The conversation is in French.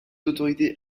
autorités